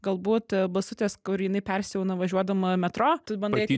gal būt basutės kur jinai persiauna važiuodama metro tu bandai